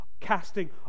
casting